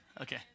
Okay